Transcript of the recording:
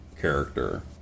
character